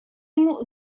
ему